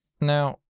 Now